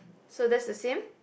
so this is him